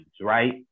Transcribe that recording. right